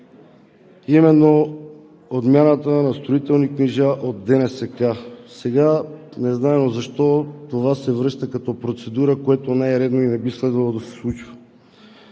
именно подмяната на строителни книжа от ДНСК. Сега незнайно защо това се връща като процедура, което не е редно и не би следвало да се случва.